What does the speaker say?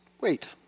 Wait